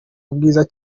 ubwiza